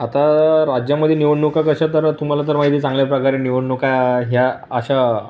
आता राज्यामधील निवडणुका कशा चालू आहेत ते तुम्हाला तर माहीत आहे चांगल्या प्रकारे निवडणुका ह्या अश्या